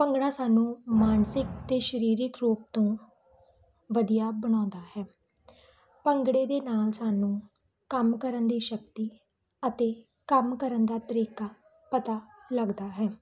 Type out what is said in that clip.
ਭੰਗੜਾ ਸਾਨੂੰ ਮਾਨਸਿਕ ਅਤੇ ਸਰੀਰਿਕ ਰੂਪ ਤੋਂ ਵਧੀਆ ਬਣਾਉਂਦਾ ਹੈ ਭੰਗੜੇ ਦੇ ਨਾਲ ਸਾਨੂੰ ਕੰਮ ਕਰਨ ਦੀ ਸ਼ਕਤੀ ਅਤੇ ਕੰਮ ਕਰਨ ਦਾ ਤਰੀਕਾ ਪਤਾ ਲੱਗਦਾ ਹੈ